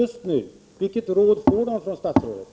Vilket råd får de av statsrådet?